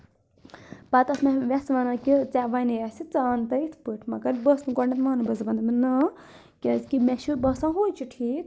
پَتہٕ ٲس مےٚ ویٚسہٕ وَنان کہِ ژےٚ وَنے اَسہِ ژٕ ان تَے یِتھ پٲٹھۍ مگر بہٕ ٲسٕس نہٕ گۄڈٕنیٚتھ مانٲنی بہٕ ٲسٕس تِمن دَپان نا کیٛازِکہِ مےٚ چھُ باسان ہُے چھُ ٹھیٖک